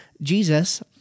Jesus